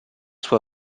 sua